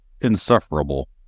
insufferable